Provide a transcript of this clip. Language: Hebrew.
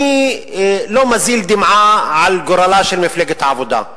אני לא מזיל דמעה על גורלה של מפלגת העבודה.